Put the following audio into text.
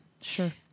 Sure